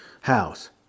house